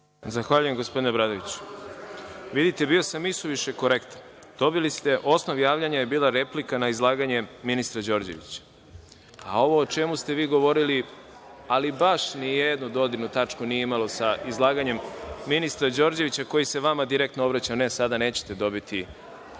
Zahvaljujem, gospodine Obradoviću. Vidite bio sam i suviše korektan. Osnov javljanja je bila replika na izlaganje ministra Đorđevića, a ovo o čemu ste vi govorili, ali baš nijednu dodirnu tačku nije imalo sa izlaganjem ministra Đorđevića koji se vama direktno obraćao.(Boško Obradović,